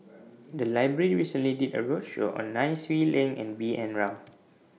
The Library recently did A roadshow on Nai Swee Leng and B N Rao